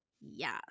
Yes